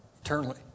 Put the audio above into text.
eternally